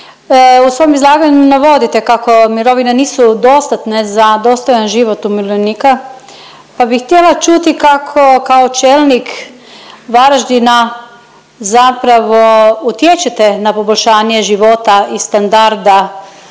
u svom izlaganju navodite kako mirovine nisu dostatne za dostojan život umirovljenika, pa bi htjela čuti kako kao čelnik Varaždina zapravo utječete na poboljšanje života i standarda